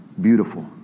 beautiful